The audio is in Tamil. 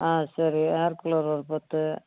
ஆ சரி ஏர் கூலர் ஒரு பத்து